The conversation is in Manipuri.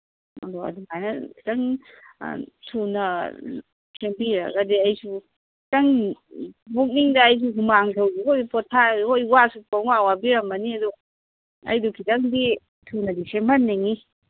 ꯑꯗꯣ ꯑꯗꯨꯃꯥꯏꯅ ꯈꯤꯇꯪ ꯊꯨꯅ ꯁꯦꯝꯕꯤꯔꯒꯗꯤ ꯑꯩꯁꯨ ꯈꯤꯇꯪ ꯄꯨꯛꯅꯤꯡꯗ ꯑꯩꯁꯨ ꯍꯨꯃꯥꯡ ꯁꯧꯕꯁꯤꯗ ꯑꯩꯁꯨ ꯄꯣꯊꯥꯔꯁꯨ ꯍꯣꯏ ꯋꯥꯁꯨ ꯄꯪꯋꯥ ꯋꯥꯕꯤꯔꯝꯃꯅꯤ ꯑꯗꯨ ꯑꯩꯗꯨ ꯈꯤꯇꯪꯗꯤ ꯊꯨꯅꯗꯤ ꯁꯦꯝꯍꯟꯅꯤꯡꯉꯤ